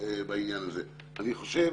אני חושב